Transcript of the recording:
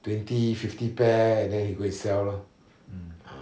twenty fifty pair and then he go and sell lor ah